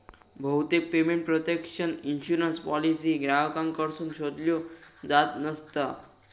बहुतेक payment protection insurance policy ग्राहकांकडसून शोधल्यो जात नसता